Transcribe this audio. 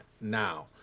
now